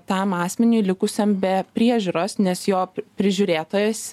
tam asmeniui likusiam be priežiūros nes jo prižiūrėtojas